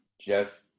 Jeff